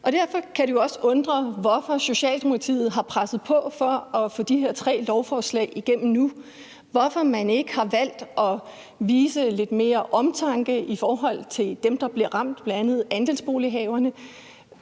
Og derfor kan det jo også undre, hvorfor Socialdemokratiet har presset på for at få de her tre lovforslag igennem nu; hvorfor man ikke har valgt at vise lidt mere omtanke i forhold til dem, der bliver ramt, bl.a. andelsbolighaverne.